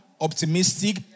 optimistic